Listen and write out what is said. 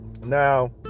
now